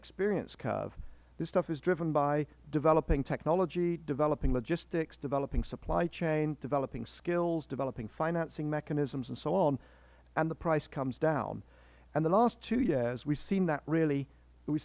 experience curve this stuff is driven by developing technology developing logistics developing supply chain developing skills developing financing mechanisms and so on and the price comes down and the last two years we have seen that really we